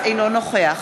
אינו נוכח